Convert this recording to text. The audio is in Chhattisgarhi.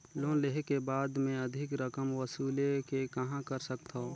लोन लेहे के बाद मे अधिक रकम वसूले के कहां कर सकथव?